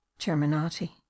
terminati